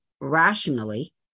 rationally